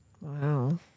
Wow